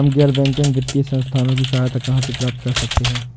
हम गैर बैंकिंग वित्तीय संस्थानों की सहायता कहाँ से प्राप्त कर सकते हैं?